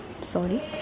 sorry